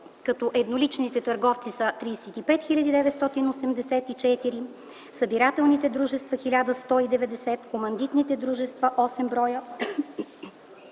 едноличните търговци са 35 хил. 984, събирателните дружества – 1190, командитните дружества – 8 броя,